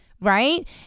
right